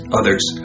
others